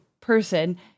person